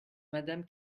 madame